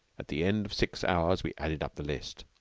at the end of six hours we added up the list.